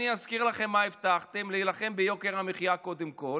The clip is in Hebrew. אני אזכיר לכם מה הבטחתם: להילחם ביוקר המחיה קודם כול.